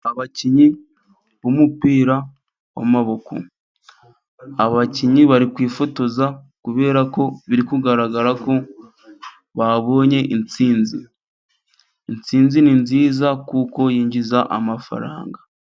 Abakinnyi b'umupira w'amaboko, abakinnyi bari kwifotoza kubera ko biri kugaragara ko babonye itsinzi, itsinzi ni nziza kuko yinjiza amafaranga.